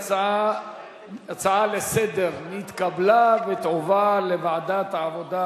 ההצעה לסדר-היום נתקבלה ותועבר לוועדת העבודה,